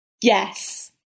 Yes